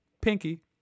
pinky